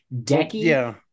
Decky